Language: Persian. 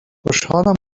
خوشحالم